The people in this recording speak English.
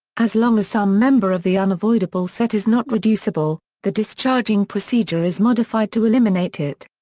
as long as some member of the unavoidable set is not reducible, the discharging procedure is modified to eliminate it.